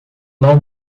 não